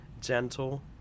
gentle